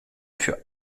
für